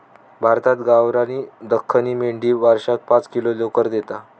भारतात गावणारी दख्खनी मेंढी वर्षाक पाच किलो लोकर देता